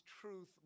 truth